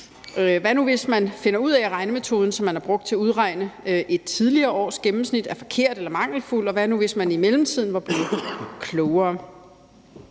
Hvad nu hvis man finder ud af, at regnemetoden, som man har brugt til at udregne et tidligere års gennemsnit, er forkert eller mangelfuldt, og hvad nu hvis man i mellemtiden var blevet klogere?